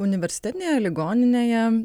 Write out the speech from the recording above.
universitetinėje ligoninėje